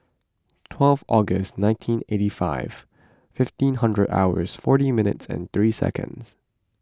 twelve August nineteen eighty five fifteen hundred hours forty minutes and three seconds